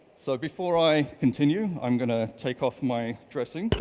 so before i continue, i'm gonna take off my dressing